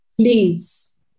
Please